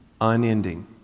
Unending